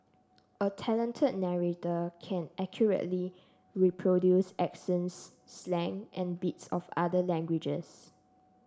a talented narrator can accurately reproduce accents slang and bits of other languages